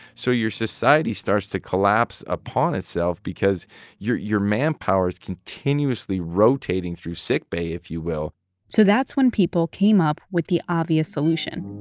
so your society starts to collapse upon itself because your your manpower is continuously rotating through sickbay, if you will so that's when people came up with the obvious solution